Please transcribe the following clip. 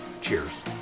Cheers